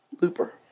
Looper